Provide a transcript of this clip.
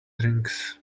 drinks